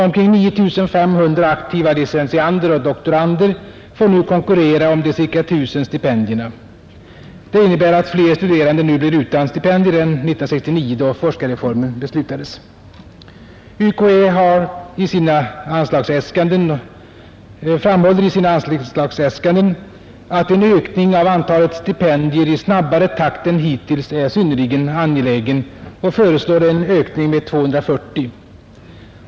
Omkring 9 500 aktiva licentiander och doktorander får nu konkurrera om de ca 1 000 stipendierna. Det innebär att fler studerande nu blir utan stipendier än 1969 då forskarreformen beslutades. UKÄ framhåller i sina anslagsäskanden att en ökning av antalet stipendier i snabbare takt än hittills är synnerligen angelägen och föreslår en ökning med 240.